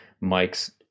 mike's